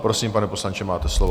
Prosím, pane poslanče, máte slovo.